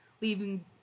leaving